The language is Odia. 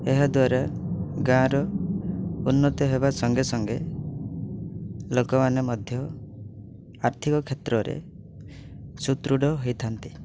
ଏହା ଦ୍ଵାରା ଗାଁର ଉନ୍ନତି ହେବା ସଙ୍ଗେସଙ୍ଗେ ଲୋକମାନେ ମଧ୍ୟ ଆର୍ଥିକ କ୍ଷେତ୍ରରେ ସୁଦୃଢ଼ ହୋଇଥାନ୍ତି